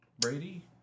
Brady